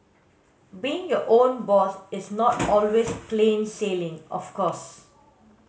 being your own boss is not always plain sailing of course